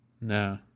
no